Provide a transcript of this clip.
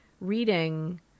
reading